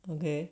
okay